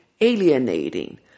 alienating